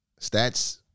stats